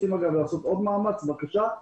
אם רוצים לעשות עוד מאמץ, בבקשה.